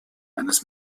eines